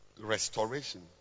restoration